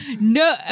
No